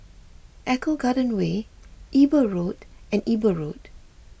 Eco Garden Way Eber Road and Eber Road